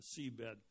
seabed